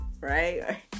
right